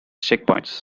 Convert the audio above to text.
checkpoints